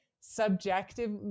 subjective